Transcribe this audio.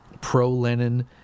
pro-Lenin